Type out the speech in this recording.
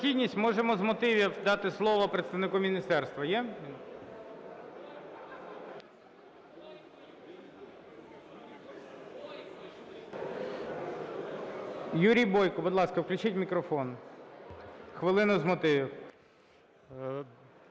є необхідність, можемо з мотивів дати слово представнику міністерства. Є? Юрій Бойко. Будь ласка, включіть мікрофон. Хвилина з мотивів.